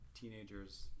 teenagers